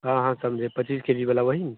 हाँ हाँ समझे पाचीस के जी वाला वही